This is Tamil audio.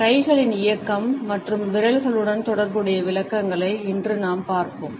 கைகளின் இயக்கம் மற்றும் விரல்களுடன் தொடர்புடைய விளக்கங்களை இன்று நாம் பார்ப்போம்